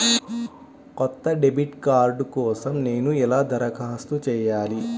కొత్త debit card కోసం నేను ఎలా దరఖాస్తు చేయాలి?